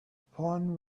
upon